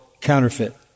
counterfeit